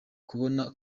kubona